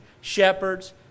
shepherds